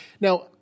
Now